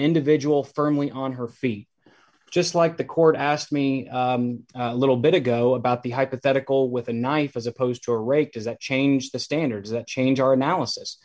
individual firmly on her feet just like the court asked me a little bit ago about the hypothetical with a knife as opposed to a rape does that change the standards that change our analysis